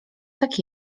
tak